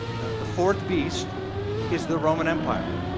the the fourth beast is the roman empire.